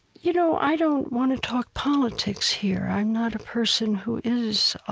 you know i don't want to talk politics here. i'm not a person who is